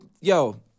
yo